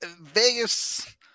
Vegas